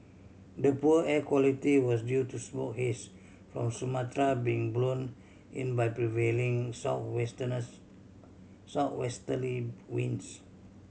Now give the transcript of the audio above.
the poor air quality was due to smoke haze from Sumatra being blown in by prevailing southwesterly winds